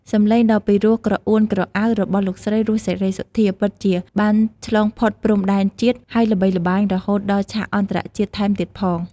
សំឡេងដ៏ពីរោះក្រអួនក្រអៅរបស់លោកស្រី រស់ សេរីសុទ្ធា ពិតជាបានឆ្លងផុតព្រំដែនជាតិ ហើយល្បីល្បាញរហូតដល់ ឆាកអន្តរជាតិ ថែមទៀតផង។